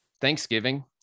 Thanksgiving